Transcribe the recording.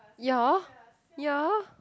ya ya